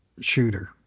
shooter